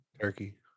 turkey